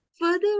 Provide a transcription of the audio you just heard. Further